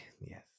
Yes